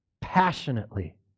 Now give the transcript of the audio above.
passionately